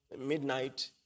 midnight